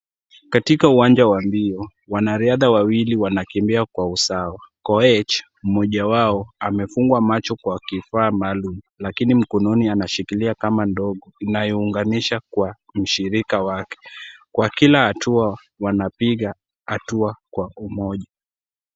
Katika uwanja wa mbio wanariadha wawili wanakimbia kwa usawa .Koech mmoja wao amefungwa macho kwa kifaa maalum lakini mkononi anashikilia kamba ndogo inayounganisha kwa shirika wake. Kwa kila hatua wanapiga hatua kwa umoja.